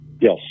yes